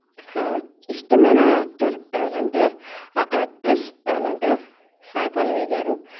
ఇష్టమైన యాక్టర్ ఎవరు అంటే ఆ యాక్టర్స్ ఎవరు అంటే సాయిపల్లవి గారు